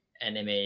anime